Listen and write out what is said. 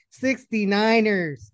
69ers